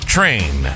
Train